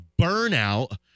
burnout